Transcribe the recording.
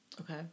Okay